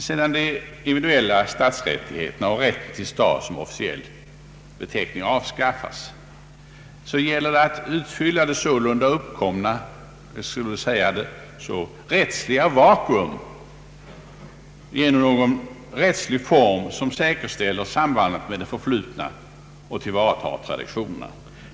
Sedan de individuella stadsrättigheterna och rätten till stad som officiell beteckning avskaffats, gäller det att utfylla detta sålunda uppkomna rättsliga vakuum genom någon rättslig form som säkerställer sambandet med det förflutna och tillvaratar traditionerna.